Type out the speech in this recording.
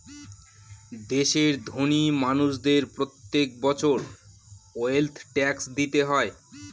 দেশের ধোনি মানুষদের প্রত্যেক বছর ওয়েলথ ট্যাক্স দিতে হয়